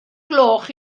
gloch